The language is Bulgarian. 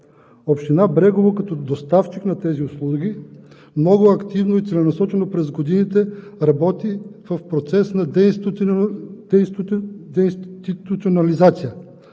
Община Брегово, като доставчик на тези услуги, много активно и целенасочено работи през годините в процес на деинституционализация.